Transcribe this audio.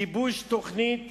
גיבוש תוכנית